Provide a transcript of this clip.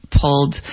pulled